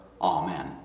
Amen